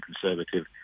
conservative